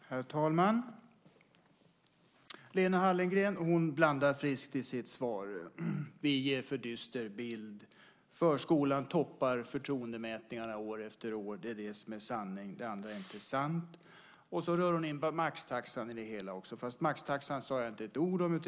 Herr talman! Lena Hallengren blandar friskt i sitt svar: Vi ger en för dyster bild. Förskolan toppar förtroendemätningarna år efter år - det är det som är sanning, och det andra är inte sant. Och så rör hon in maxtaxan i det hela också, fast maxtaxan sade jag inte ett ord om.